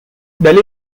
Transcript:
delhi